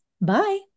bye